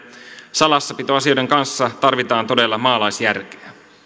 salassapitoasioiden kanssa tarvitaan todella maalaisjärkeä